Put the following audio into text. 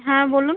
হ্যাঁ বলুন